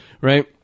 right